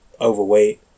overweight